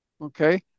okay